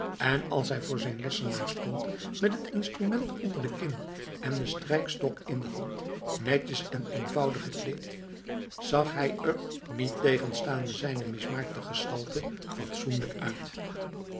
en als hij voor zijn lessenaar stond met het instrument onder de kin en den strijkstok in de hand netjes en eenvoudig gekleed zag hij er niettegenstaande zijne mismaakte gestalte fatsoenlijk uit